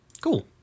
Cool